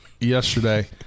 yesterday